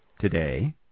today